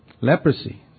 Leprosy